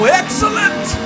excellent